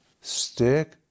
Stick